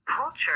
culture